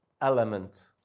element